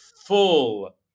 full